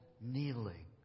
kneeling